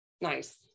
Nice